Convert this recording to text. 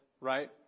Right